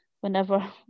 whenever